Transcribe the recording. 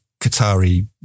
Qatari